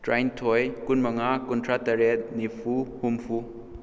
ꯇꯔꯥꯅꯤꯊꯣꯏ ꯀꯨꯟ ꯃꯉꯥ ꯀꯨꯟꯊ꯭ꯔꯥ ꯇꯔꯦꯠ ꯅꯤꯐꯨ ꯍꯨꯝꯐꯨ